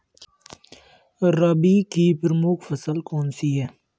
रबी की प्रमुख फसल कौन सी है?